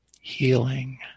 healing